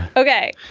ok.